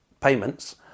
payments